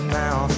now